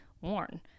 worn